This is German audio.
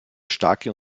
starke